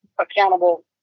accountable